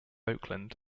oakland